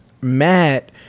Matt